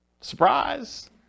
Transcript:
surprise